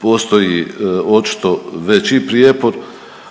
postoji očito veći prijepor.